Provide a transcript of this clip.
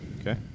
Okay